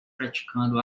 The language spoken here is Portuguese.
praticando